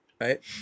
right